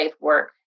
work